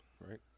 right